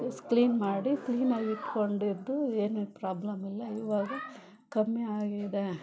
ಸ್ ಕ್ಲೀನ್ ಮಾಡಿ ಕ್ಲೀನಲ್ಲಿಟ್ಕೊಂಡಿದ್ದು ಏನು ಪ್ರಾಬ್ಲಮ್ಮಿಲ್ಲ ಇವಾಗ ಕಮ್ಮಿ ಆಗಿದೆ